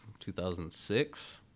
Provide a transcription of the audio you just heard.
2006